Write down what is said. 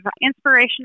inspirational